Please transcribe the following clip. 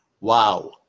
wow